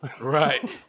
Right